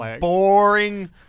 boring